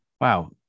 Wow